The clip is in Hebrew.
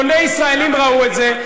מילא אם אני היחיד שהייתי רואה את זה,